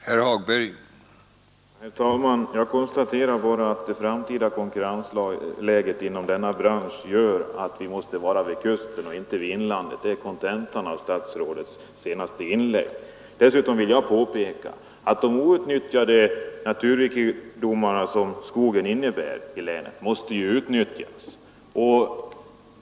Herr talman! Jag konstaterar att det framtida konkurrensläget inom denna industri gör att den måste ligga vid kusten och inte i inlandet — detta är kontentan av statsrådets senaste inlägg. Dessutom vill jag påpeka att de outnyttjade naturrikedomar i länet som skogen innebär måste utnyttjas.